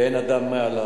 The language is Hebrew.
ואין אדם מעליו.